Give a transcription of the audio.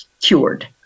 cured